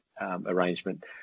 arrangement